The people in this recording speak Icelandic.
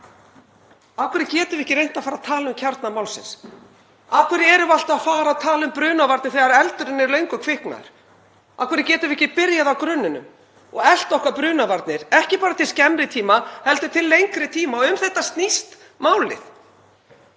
Af hverju getum við ekki reynt að fara að tala um kjarna málsins? Af hverju erum við alltaf að tala um brunavarnir þegar eldurinn eru fyrir löngu kviknaður? Af hverju getum við ekki byrjað á grunninum og eflt okkar brunavarnir, ekki bara til skemmri tíma heldur til lengri tíma? Um þetta snýst málið.